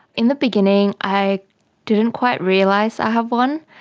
in the beginning i didn't quite realise i had one,